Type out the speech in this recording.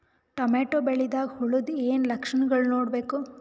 Tomato ಬೆಳಿದಾಗ್ ಹುಳದ ಏನ್ ಲಕ್ಷಣಗಳು ನೋಡ್ಬೇಕು?